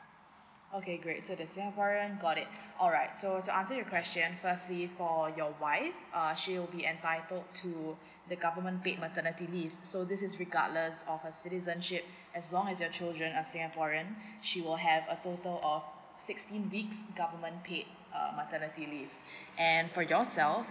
okay great so the singaporean got it alright so to answer your question firstly for your wife err she'll be entitled to the government paid maternity leave so this is regardless of her citizenship as long as your children are singaporean she will have a total or sixteen weeks government paid uh maternity leave and for yourself